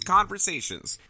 Conversations